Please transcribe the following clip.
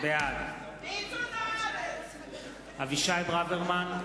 בעד אבישי ברוורמן,